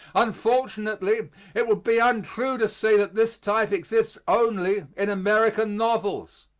unfortunately it would be untrue to say that this type exists only in american novels.